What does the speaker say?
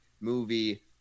movie